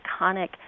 iconic